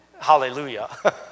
Hallelujah